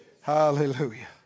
Hallelujah